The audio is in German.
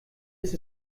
ist